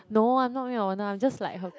no I'm not maid of honour I'm just like her